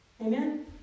Amen